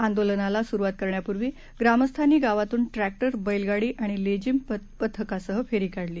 आंदोलनाला सुरुवात करण्यापूर्वी ग्रामस्थांनी गावातून ट्रखिर बैलगाडी आणि लेझीम पथकासह फेरी काढली